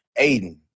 Aiden